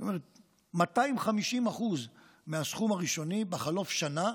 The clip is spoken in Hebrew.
זאת אומרת 250% מהסכום הראשוני, בחלוף שנה.